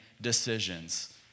decisions